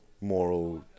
moral